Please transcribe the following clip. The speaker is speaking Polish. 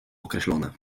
określone